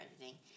editing